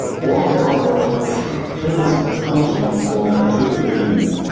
for all the hard work towards and towards accomplishing this goal that we truly believe in.